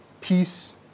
Peace